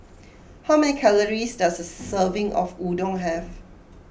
how many calories does a serving of Udon have